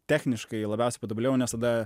techniškai labiausiai patobulėjau nes tada